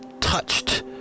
touched